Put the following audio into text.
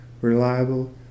reliable